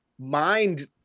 mind